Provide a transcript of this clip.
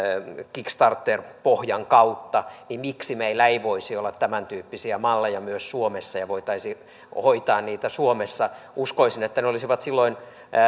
kickstarter pohjan kautta miksi meillä ei voisi olla tämäntyyppisiä malleja myös suomessa ja voitaisi hoitaa niitä suomessa uskoisin että ne olisivat silloin